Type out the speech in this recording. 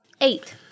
Eight